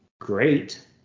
great